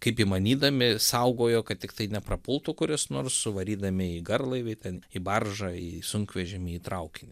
kaip įmanydami saugojo kad tiktai neprapultų kuris nors suvarydami į garlaivį ten į baržą į sunkvežimį į traukinį